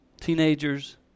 Teenagers